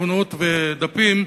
עפרונות ודפים,